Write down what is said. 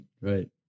Right